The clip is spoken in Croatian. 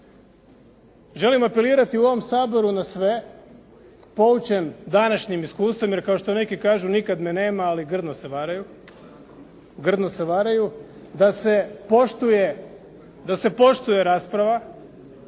Želim apelirati u ovom Saboru na sve poučen današnjim iskustvom, jer kao što neki kažu nikad me nema, ali grdno se varaju. Grdno se varaju.